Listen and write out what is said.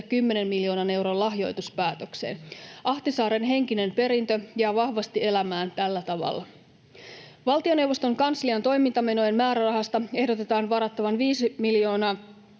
10 miljoonan euron lahjoituspäätökseen. Ahtisaaren henkinen perintö jää vahvasti elämään tällä tavalla. Valtioneuvoston kanslian toimintamenojen määrärahasta ehdotetaan varattavan 5 miljoonaa